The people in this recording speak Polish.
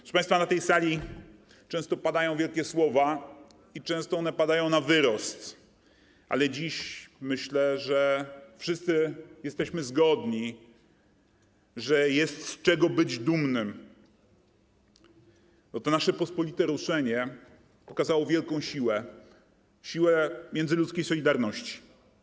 Proszę państwa, na tej sali często padają wielkie słowa i często one padają na wyrost, ale myślę, że dziś wszyscy jesteśmy zgodni, że jest z czego być dumnym, bo to nasze pospolite ruszenie pokazało wielką siłę - siłę międzyludzkiej solidarności.